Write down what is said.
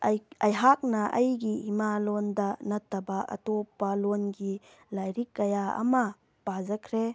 ꯑꯩꯍꯥꯛꯅ ꯑꯩꯒꯤ ꯏꯃꯥ ꯂꯣꯟꯗ ꯅꯠꯇ꯭ꯔꯕ ꯑꯇꯣꯞꯄ ꯂꯣꯟꯒꯤ ꯂꯥꯏꯔꯤꯛ ꯀꯌꯥ ꯑꯃ ꯄꯥꯖꯈ꯭ꯔꯦ